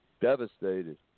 devastated